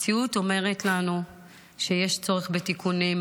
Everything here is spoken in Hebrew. המציאות אומרת לנו שיש צורך בתיקונים.